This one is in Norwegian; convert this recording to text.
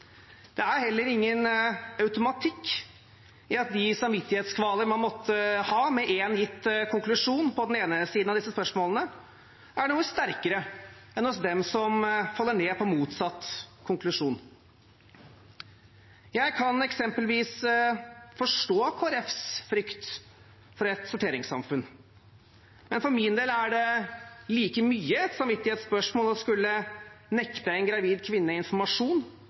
Det er heller ingen automatikk i at de samvittighetskvalene man måtte ha, med én gitt konklusjon på den ene siden av disse spørsmålene, er noe sterkere enn hos dem som faller ned på motsatt konklusjon. Jeg kan eksempelvis forstå Kristelig Folkepartis frykt for et sorteringssamfunn, men for min del er det like mye et samvittighetsspørsmål å skulle nekte en gravid kvinne informasjon